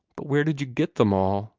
but where did you get them all?